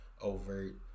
overt